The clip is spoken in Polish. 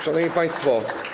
Szanowni Państwo!